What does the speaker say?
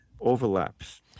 overlaps